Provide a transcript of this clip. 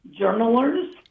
journalers